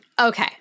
Okay